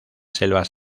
selvas